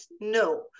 no